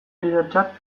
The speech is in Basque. lidertzat